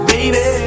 Baby